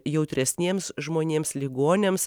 jautresniems žmonėms ligoniams